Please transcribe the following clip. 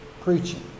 preaching